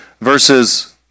verses